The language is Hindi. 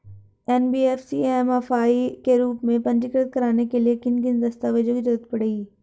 एन.बी.एफ.सी एम.एफ.आई के रूप में पंजीकृत कराने के लिए किन किन दस्तावेजों की जरूरत पड़ेगी?